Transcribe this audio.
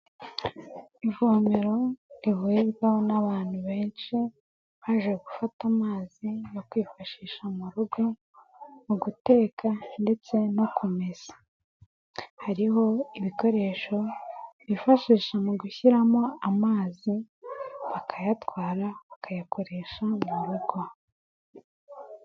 Ivomero rihurirwaho n'abantu benshi baje gufata amazi yo kwifashisha mu rugo mu guteka ndetse no kumesa, hariho ibikoresho bifashisha mu gushyiramo amazi bakayatwara bakayakoresha mu rugo.